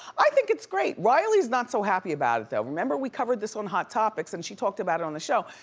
i think it's great. riley's not so happy about it though. remember we covered this on hot topics and she talked about it on the show.